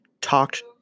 talked